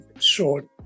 short